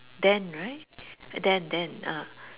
then right then then ah